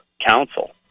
council